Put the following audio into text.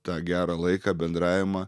tą gerą laiką bendravimą